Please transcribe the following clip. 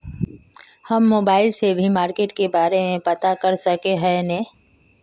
हम मोबाईल से भी मार्केट के बारे में पता कर सके है नय?